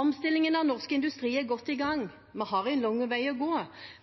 Omstillingen av norsk industri er godt i gang. Vi har en lang vei å gå,